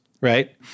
right